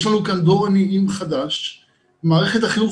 יש לנו כאן דור עניים חדש ומערכת החינוך